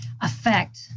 affect